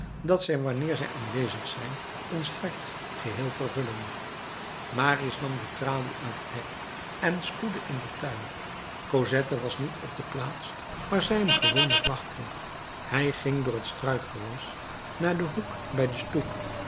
dat zij wanneer zij aanwezig zijn ons hart geheel vervullen marius nam de tralie uit het hek en spoedde in den tuin cosette was niet op de plaats waar zij hem gewoonlijk wachtte hij ging door het struikgewas naar den hoek bij de stoep